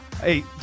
Hey